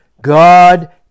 God